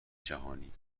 جهانی